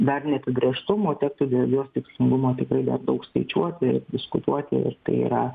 dar neapibrėžtumo tektų dėl jos tikslingumo tikrai dar daug skaičiuoti ir diskutuoti ir tai yra